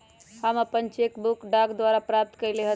हम अपन cheque book डाक द्वारा प्राप्त कईली ह